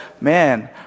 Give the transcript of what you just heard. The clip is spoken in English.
man